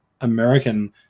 American